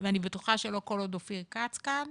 ואני בטוחה שלא כל עוד אופיר כץ כאן